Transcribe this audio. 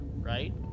right